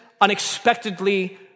unexpectedly